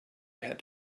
had